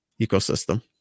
ecosystem